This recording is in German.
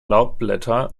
laubblätter